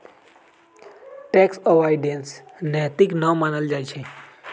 tax avoidance नैतिक न मानल जाइ छइ